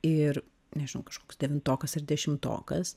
ir nežinau kažkoks devintokas ir dešimtokas